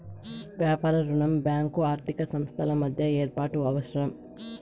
వ్యాపార రుణం బ్యాంకు ఆర్థిక సంస్థల మధ్య ఏర్పాటు అవసరం